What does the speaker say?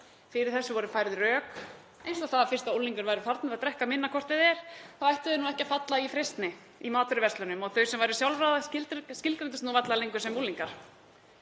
Fyrir þessu voru færð rök eins og þau að fyrst unglingar væru farnir að drekka minna hvort eð er þá ættu þeir ekki að falla í freistni í matvöruverslunum og þau sem væru sjálfráða skilgreindust nú varla lengur sem unglingar.